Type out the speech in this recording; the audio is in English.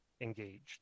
engaged